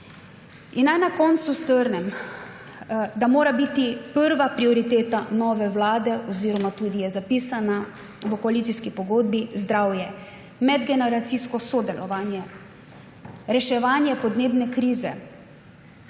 Naj na koncu strnem, da mora biti prva prioriteta nove vlade, je tudi zapisana v koalicijski pogodbi, zdravje, medgeneracijsko sodelovanje, reševanje podnebne krize.